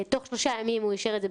תוך שלושה ימים הוא אישר את זה,